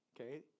Okay